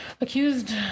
accused